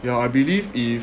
ya I believe if